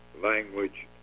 language